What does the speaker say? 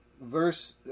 verse